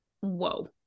whoa